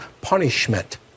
punishment